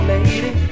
Lady